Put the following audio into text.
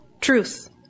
Truth